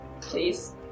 Please